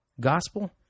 gospel